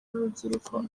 n’urubyiruko